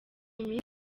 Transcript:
minsi